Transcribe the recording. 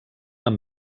amb